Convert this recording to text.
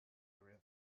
river